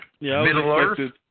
Middle-earth